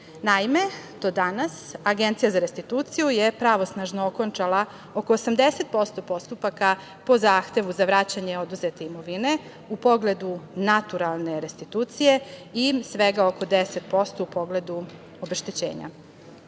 do danas Agencija za restituciju je pravosnažno okončala oko 80% postupaka po zahtevu za vraćanje oduzete imovine u pogledu naturalne restitucije i svega oko 10% u pogledu obeštećenja. Agencija